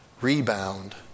rebound